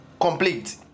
complete